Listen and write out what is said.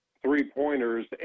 three-pointers